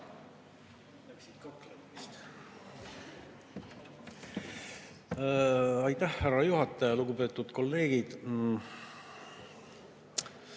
Aitäh, härra juhataja! Lugupeetud kolleegid!